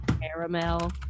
caramel